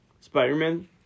Spider-Man